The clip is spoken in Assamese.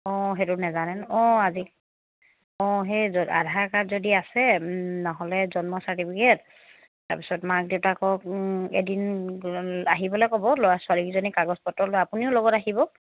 অঁ সেইটো নেজানে ন অঁ আজি অঁ সেই আধাৰ কাৰ্ড যদি আছে নহ'লে জন্ম চাৰ্টিফিকেট তাৰপিছত মাক দেউতাকক এদিন আহিবলৈ ক'ব ল'ৰা ছোৱালীকেইজনী কাগজপত্ৰ লৈ আপুনিও লগত আহিব